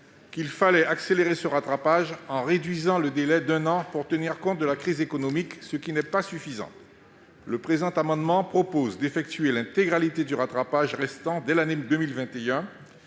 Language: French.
qu'il fallait accélérer ce rattrapage en réduisant le délai d'un an pour tenir compte de la crise économique, ce qui n'est pas suffisant. Le présent amendement vise à réaliser l'intégralité du rattrapage restant dès l'année 2021.